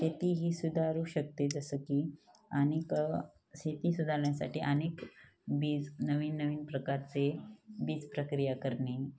शेती ही सुधारू शकते जसं की अनेक शेती सुधारण्यासाठी अनेक बीज नवीन नवीन प्रकारचे बीज प्रक्रिया करणे